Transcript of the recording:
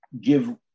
give